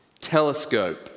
Telescope